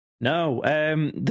No